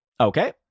okay